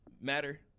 matter